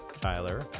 Tyler